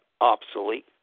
obsolete